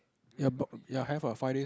ya but ya have ah five days